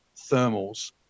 thermals